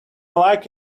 like